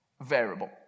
variable